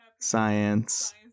Science